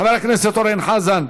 חבר הכנסת אורן חזן,